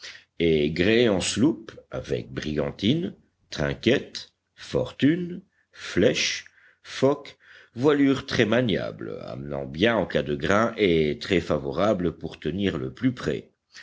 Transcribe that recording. et gréé en sloop avec brigantine trinquette fortune flèche foc voilure très maniable amenant bien en cas de grains et très favorable pour tenir le plus près